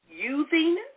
using